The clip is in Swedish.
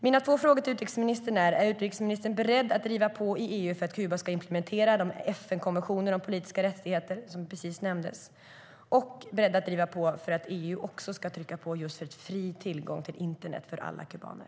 Mina två frågor till utrikesministern är: Är utrikesministern beredd att driva på i EU för att Kuba ska implementera de FN-konventioner om politiska rättigheter som nyss nämndes, och är hon beredd att driva på för att EU också ska trycka på för fri tillgång till internet för alla kubaner?